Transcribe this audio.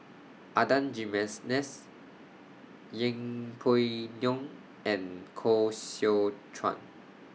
Adan Jimenez Yeng Pway Ngon and Koh Seow Chuan